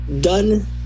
done